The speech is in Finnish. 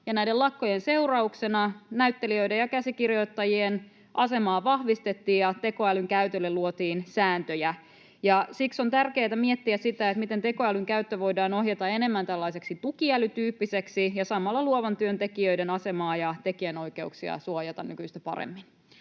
näiden lakkojen seurauksena näyttelijöiden ja käsikirjoittajien asemaa vahvistettiin ja tekoälyn käytölle luotiin sääntöjä. Siksi on tärkeätä miettiä sitä, miten tekoälyn käyttö voidaan ohjata enemmän tällaiseksi tukiälytyyppiseksi ja samalla luovan työntekijöiden asemaa ja tekijänoikeuksia suojata nykyistä paremmin.